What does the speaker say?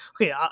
okay